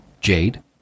Jade